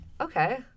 okay